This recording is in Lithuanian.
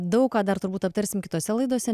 daug ką dar turbūt aptarsime kitose laidose